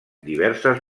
diverses